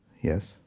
Yes